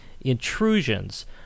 intrusions